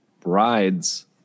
brides